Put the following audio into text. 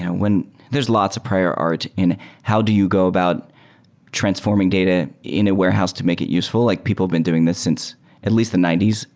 and there's lots of prior art in how do you go about transforming data in a warehouse to make it useful. like people have been doing this since at least the ninety s.